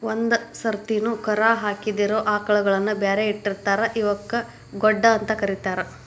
ಒಂದ್ ಸರ್ತಿನು ಕರಾ ಹಾಕಿದಿರೋ ಆಕಳಗಳನ್ನ ಬ್ಯಾರೆ ಇಟ್ಟಿರ್ತಾರ ಇವಕ್ಕ್ ಗೊಡ್ಡ ಅಂತ ಕರೇತಾರ